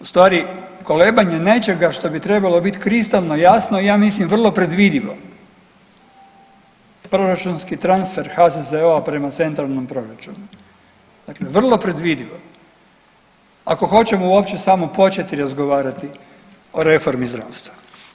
U stvari kolebanje nečega što bi trebalo bit kristalno jasno ja mislim vrlo predvidivo proračunski transfer HZZO-a prema centralnom proračunu, dakle vrlo predvidivo ako hoćemo uopće samo početi razgovarati o reformi zdravstva.